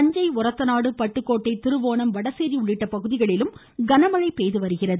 தஞ்சை ஒரத்தநாடு பட்டுக்கோட்டை திருவோணம் வடசேரி உள்ளிட்ட பகுதிகளிலும் கனமழை பெய்துவருகிறது